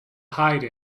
hide